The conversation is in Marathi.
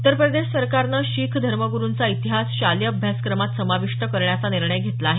उत्तरप्रदेश सरकारने शीख धर्मगुरुचा इतिहास शालेय अभ्यासक्रमात समाविष्ट करण्याचा निर्णय घेतला आहे